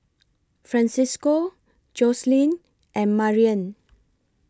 Francesco Joselin and Marian